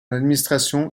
administration